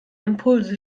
impulse